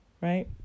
right